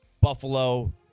Buffalo